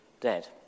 dead